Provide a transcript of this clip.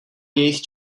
jejich